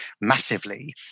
massively